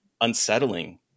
unsettling